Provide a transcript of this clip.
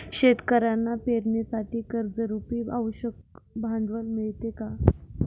शेतकऱ्यांना पेरणीसाठी कर्जरुपी आवश्यक भांडवल मिळते का?